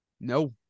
No